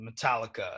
Metallica